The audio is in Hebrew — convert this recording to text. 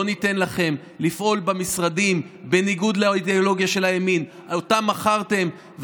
לא ניתן לכם לפעול במשרדים בניגוד לאידיאולוגיה של הימין שאותה מכרתם.